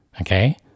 Okay